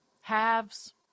halves